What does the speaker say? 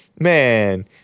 Man